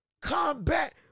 Combat